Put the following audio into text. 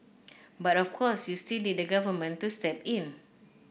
but of course you'll still need the government to step in